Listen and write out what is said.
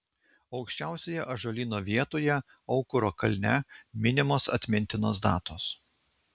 aukščiausioje ąžuolyno vietoje aukuro kalne minimos atmintinos datos